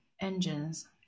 engines